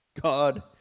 God